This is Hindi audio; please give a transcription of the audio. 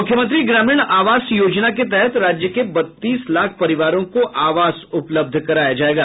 मुख्यमंत्री ग्रामीण आवास योजना के तहत राज्य के बत्तीस लाख परिवारों को आवास उपलब्ध कराया जायेगा